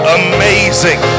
amazing